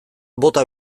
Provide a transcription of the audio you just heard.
bota